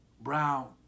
Brown